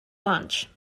launch